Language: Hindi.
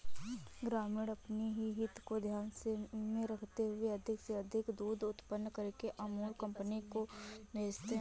ग्रामीण अपनी हित को ध्यान में रखते हुए अधिक से अधिक दूध उत्पादन करके अमूल कंपनी को भेजते हैं